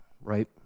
right